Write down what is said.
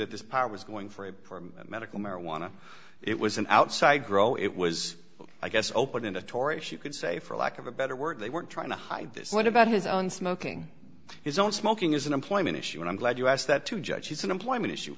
that this power was going for medical marijuana it was an outside grow it was i guess open into taurus you could say for lack of a better word they weren't trying to hide this what about his own smoking his own smoking is an employment issue and i'm glad you asked that to judge she's an employment issue